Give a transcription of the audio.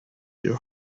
your